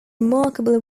remarkable